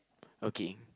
okay